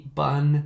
bun